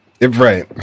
Right